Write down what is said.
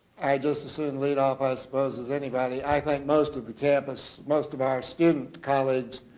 i just assume lead off i suppose as anybody. i think most of the campus, most of our student colleagues,